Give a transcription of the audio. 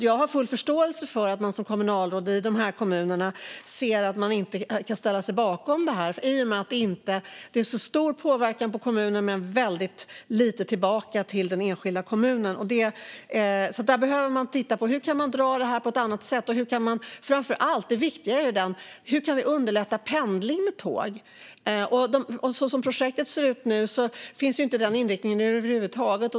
Jag har full förståelse för att kommunalråd i de kommunerna inte kan ställa sig bakom det här. Det blir stor påverkan på den enskilda kommunen, men kommunen får väldigt lite tillbaka. Man behöver titta på hur man kan dra järnvägen på ett annat sätt. Det viktiga är framför allt hur vi kan underlätta för pendling med tåg. Som projektet ser ut nu finns inte den inriktningen över huvud taget.